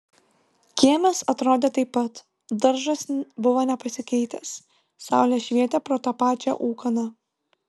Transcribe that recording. kiemas atrodė taip pat daržas buvo nepasikeitęs saulė švietė pro tą pačią ūkaną